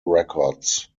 records